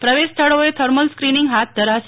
પ્રવેશ સ્થળોએ thermal screening હાથ ધરાશે